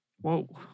Whoa